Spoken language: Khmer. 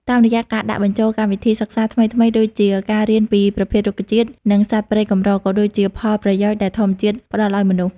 តាមរយៈការដាក់បញ្ចូលកម្មវិធីសិក្សាថ្មីៗដូចជា ការរៀនពីប្រភេទរុក្ខជាតិ និងសត្វព្រៃកម្រ ក៏ដូចជាផលប្រយោជន៍ដែលធម្មជាតិផ្ដល់ឱ្យមនុស្ស។